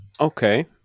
Okay